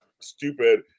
stupid